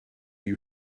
you